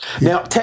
Now